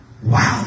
Wow